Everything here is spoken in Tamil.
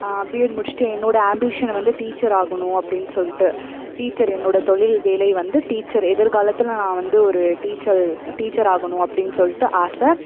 பிஎட் முடிச்சிவிட்டு என்னோட ஆம்பிஷன் வந்து டீச்சர் ஆகணும் அப்படின்னு சொல்லிட்டு டீச்சர் என்னோட தொழில் வேலை வந்து டீச்சர் எதிர் காலத்தில் நான் வந்து ஒரு டீச்சர் டீச்சராகணும் அப்படின்னு சொல்லிட்டு ஆசை